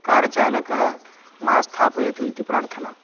कारचालकः मा स्थापयतु इति प्रार्थना